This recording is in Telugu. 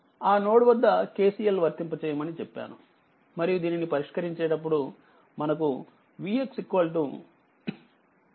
ఆ నోడ్ వద్ద KCL వర్తింప చేయమని చెప్పానుమరియు దీనిని పరిష్కరించేటప్పుడు మనకు Vx25